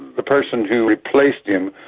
the person who replaced him,